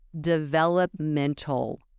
developmental